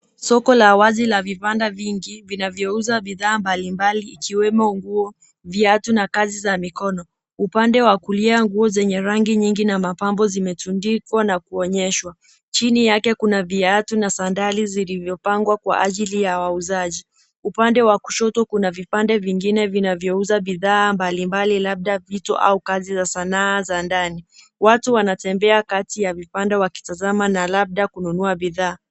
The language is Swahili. Soko la wazi la vibanda vingi vinavyouzwa bidhaa mbalimbali ikiwemo nguo, viatu na kazi za mikono. Upande wa kulia nguo zenye rangi nyingi na mapambo zimetundikwa na kuonyeshwa. Chini yake kuna viatu na sandali zilizopangwa kwa ajili ya wauzaji. Upande wa kushoto kuna vibanda vingine vinavyouza bidhaa mbalimbali kama vile vito au kazi za sanaa za ndani. Watu wanatembea kati ya vibanda wakitazama na labda kununua bidhaa.